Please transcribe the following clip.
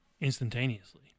instantaneously